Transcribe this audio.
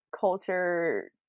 culture